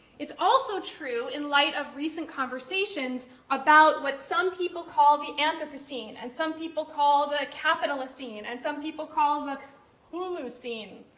it's also true in light of recent conversations about what some people call the anthropocene, and some people call the capitalocene, and some people call cthulucene.